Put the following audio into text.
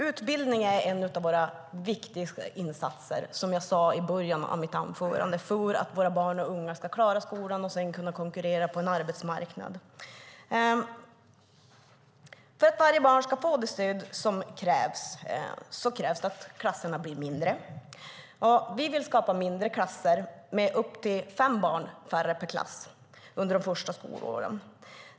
Utbildning är en av våra viktiga insatser, som jag sade i mitt förra inlägg, för att barn och unga ska klara skolan och sedan konkurrera på en arbetsmarknad. För att varje barn ska få det stöd som krävs måste klasserna bli mindre. Vi vill skapa mindre klasser med upp till fem barn färre per klass under de första skolåren.